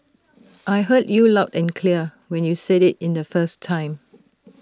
I heard you loud and clear when you said IT in the first time